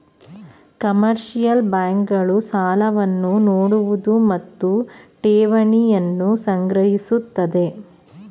commercial bank ಗಳು ಸಾಲವನ್ನು ನೋಡುವುದು ಮತ್ತು ಠೇವಣಿಯನ್ನು ಸಂಗ್ರಹಿಸುತ್ತದೆ